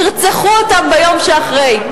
ירצחו אותם ביום שאחרי.